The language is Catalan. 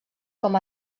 com